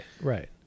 right